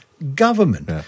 government